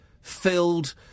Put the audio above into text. filled